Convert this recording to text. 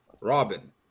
Robin